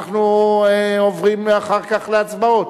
אנחנו עוברים להצבעות.